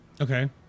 Okay